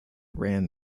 ran